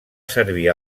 servir